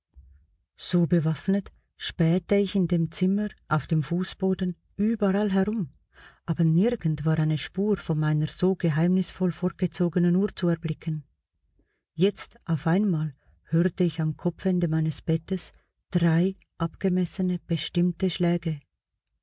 so bewaffnet spähte ich in dem zimmer auf dem fußboden überall herum aber nirgend war eine spur von meiner so geheimnisvoll fortgezogenen uhr zu erblicken jetzt auf einmal hörte ich am kopfende meines bettes drei abgemessene bestimmte schläge